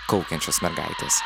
kaukiančios mergaitės